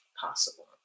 possible